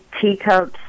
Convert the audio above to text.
teacups